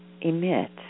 emit